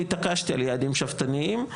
והתעקשתי על יעדים שאפתניים.